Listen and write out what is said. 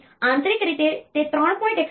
તેથી આંતરિક રીતે તે 3